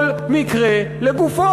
כל מקרה לגופו?